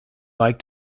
like